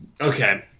Okay